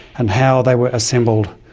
and how they were assembled.